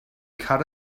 cut